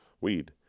weed